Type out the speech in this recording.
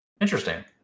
Interesting